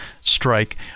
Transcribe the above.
strike